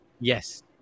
Yes